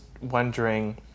wondering